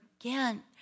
again